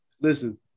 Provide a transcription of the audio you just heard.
Listen